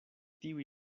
tiuj